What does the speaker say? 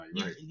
right